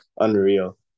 unreal